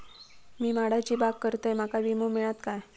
मी माडाची बाग करतंय माका विमो मिळात काय?